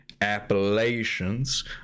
Appalachians